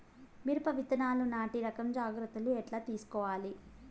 మిరప విత్తనాలు నాటి రకం జాగ్రత్తలు ఎట్లా తీసుకోవాలి?